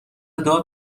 داد